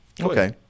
Okay